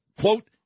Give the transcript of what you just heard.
quote